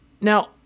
Now